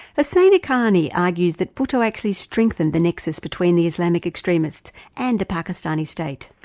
hussain haqqani argues that bhutto actually strengthened the nexus between the islamic extremists and the pakistani state.